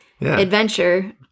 adventure